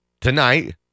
tonight